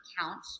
count